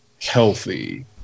healthy